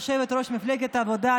יושבת-ראש מפלגת העבודה,